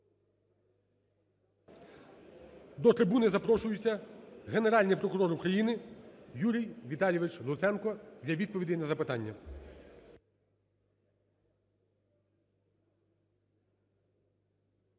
До трибуни запрошується Генеральний прокурор України Юрій Віталійович Луценко для відповідей на запитання.